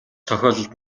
тохиолдолд